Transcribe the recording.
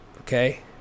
okay